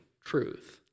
truth